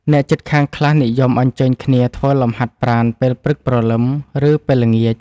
អ្នកជិតខាងខ្លះនិយមអញ្ជើញគ្នាធ្វើលំហាត់ប្រាណពេលព្រឹកព្រលឹម ឬពេលល្ងាច។